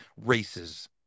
races